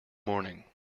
morning